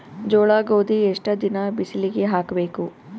ಜೋಳ ಗೋಧಿ ಎಷ್ಟ ದಿನ ಬಿಸಿಲಿಗೆ ಹಾಕ್ಬೇಕು?